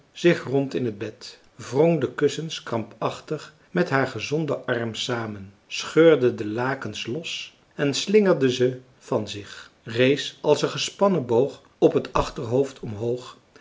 zich rond in het bed wrong de kussens krampachtig met haar gezonden arm samen scheurde de lakens los en slingerde ze van zich rees als een gespannen boog op het achterhoofd omhoog